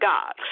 God